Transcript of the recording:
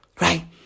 Right